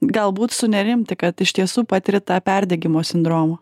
galbūt sunerimti kad iš tiesų patiri tą perdegimo sindromą